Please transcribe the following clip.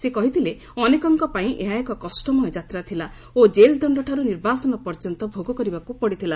ସେ କହିଥିଲେ ଅନେକଙ୍କ ପାଇଁ ଏହା ଏକ କଷ୍ଟମୟ ଯାତ୍ରା ଥିଲା ଓ ଜେଲ୍ଦଣ୍ଡଠାରୁ ନିର୍ବାସନ ପର୍ଯ୍ୟନ୍ତ ଭୋଗ କରିବାକୁ ପଡ଼ିଥିଲା